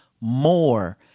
more